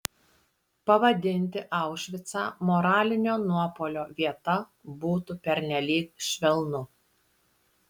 pavadinti aušvicą moralinio nuopuolio vieta būtų pernelyg švelnu